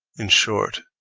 in short,